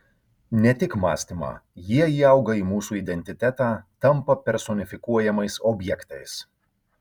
ne tik mąstymą jie įauga į mūsų identitetą tampa personifikuojamais objektais